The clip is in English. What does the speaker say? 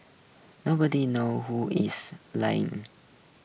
nobody knows who is lying